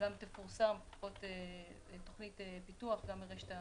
תפורסם תוכנית פיתוח גם לרשת.